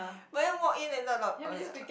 when I walk in inside a lot oh ya